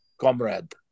comrade